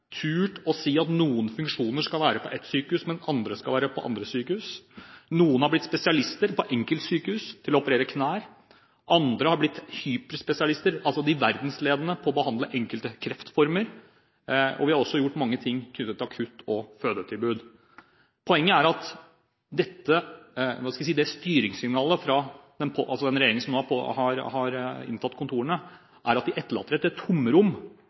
turt å si at noen funksjoner skal være på ett sykehus, mens andre skal være på andre sykehus. Noen har blitt spesialister på enkeltsykehus på å operere knær, andre har blitt hyperspesialister – de verdensledende – på å behandle enkelte kreftformer, og vi har også gjort mange ting knyttet til akutt- og fødetilbud. Poenget er at i det styringssignalet fra den regjeringen som nå har inntatt kontorene, etterlater de et tomrom i styringen av sykehusene når de